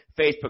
Facebook